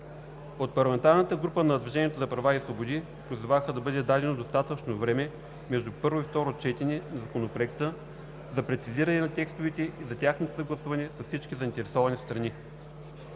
От парламентарната група на „Движението за права и свободи“ призоваха да бъде дадено достатъчно време между първо и второ четене на Законопроекта за прецизиране на текстовете и за тяхното съгласуване с всички заинтересовани страни.